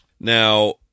Now